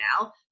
now